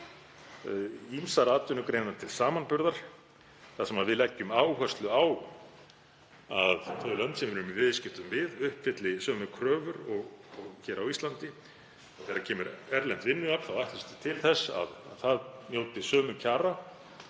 ýmsar atvinnugreinar til samanburðar þar sem við leggjum áherslu á að þau lönd sem við erum í viðskiptum við uppfylli sömu kröfur og hér á Íslandi. Þegar kemur erlent vinnuafl þá ætlumst við til þess að það njóti sömu kjara